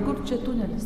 kur čia tunelis